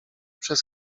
przez